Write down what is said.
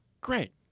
great